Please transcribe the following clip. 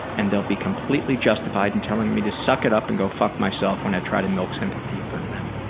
and they'll be completely justified in and telling me to suck it up and go fuck myself when i try to milk sympathy from them.